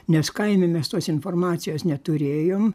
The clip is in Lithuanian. nes kaime mes tos informacijos neturėjom